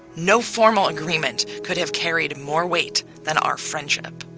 no formal agreement could have carried more weight than our friendship.